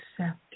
accept